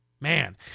Man